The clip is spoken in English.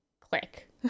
click